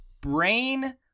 brain